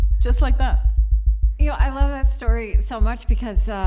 just like that yeah i love that story so much because